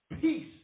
peace